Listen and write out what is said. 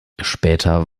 später